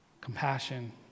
compassion